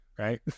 Right